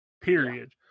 period